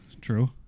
true